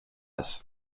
ist